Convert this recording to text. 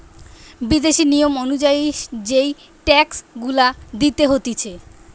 বিদেশি নিয়ম অনুযায়ী যেই ট্যাক্স গুলা দিতে হতিছে